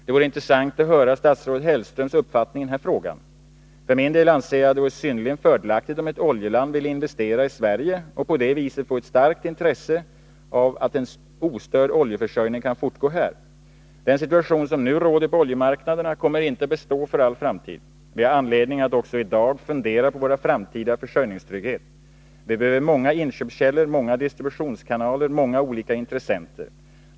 Det vore intressant att höra statsrådet Hellströms uppfattning i denna fråga. För min del anser jag det vara synnerligen fördelaktigt om ett oljeland vill investera i Sverige och på det viset få ett starkt intresse av att en ostörd oljeförsörjning kan fortgå här. Den situation som nu råder på oljemarknaderna kommer inte att bestå för all framtid. Vi har anledning att också i dag fundera över vår framtida försörjningstrygghet. Vi behöver många inköpskällor, många distributionskanaler, många olika intressenter.